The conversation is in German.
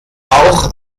auch